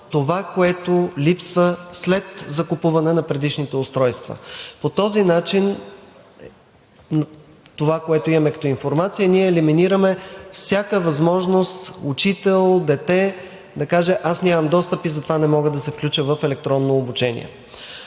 това, което липсва след закупуване на предишните устройства. По този начин с това, което имаме като информация, ние елиминираме всяка възможност – учител, дете, да каже: аз нямам достъп и затова не мога да се включа в електронно обучение.